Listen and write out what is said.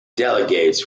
delegates